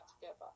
together